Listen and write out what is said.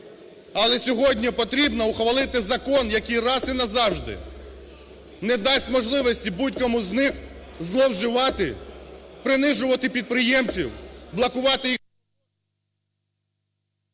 Але сьогодні потрібно ухвалити закон, який раз і назавжди не дасть можливості будь-кому з них зловживати, принижувати підприємців, блокувати…